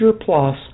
plus